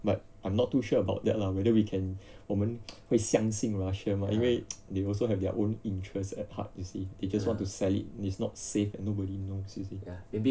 but I'm not too sure about that lah whether we can 我们会相信 russia mah 因为 they also have their own interests at heart you see they just want to sell it it's not safe and nobody knows you see